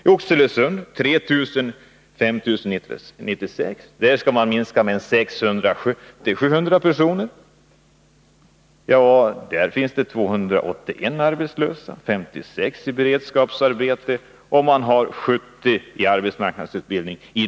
I Oxelösund med 3 596 anställda skall man minska arbetsstyrkan med 600-700 personer. I denna lilla kommun finns det 281 arbetslösa, 56 i beredskapsarbete och 70 i arbetsmarknadsutbildning.